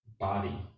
body